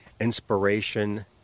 inspiration